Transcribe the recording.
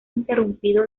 interrumpido